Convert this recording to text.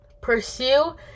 pursue